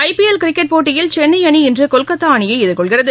ஐ PL cricket போட்டியில் சென்னைஅணி இன்றுகொல்கத்தாஅணியைஎதிர்கொள்கிறது